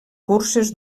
curses